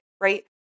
right